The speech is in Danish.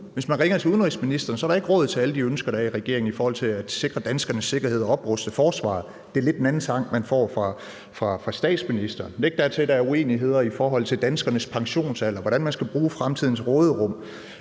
Hvis man ringer til udenrigsministeren, er der ikke råd til alle de ønsker, der er i regeringen i forhold til at sikre danskernes sikkerhed og opruste forsvaret; det er lidt en anden sang, man får fra statsministeren. Dertil kan man så lægge, at der uenigheder i forhold til danskernes pensionsalder og hvordan man skal bruge fremtidens råderum.